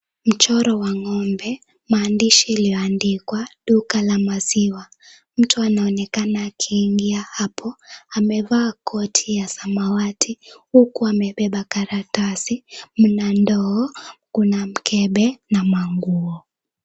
Mchoro wa ng'ombe, maandishi yaliyoandikwa. Duka la maziwa, mtu anaonekana akiingia hapo amevaa koti ya samawati huku amebeba karatasi , Mna ndoo kuna mkebe na manguo.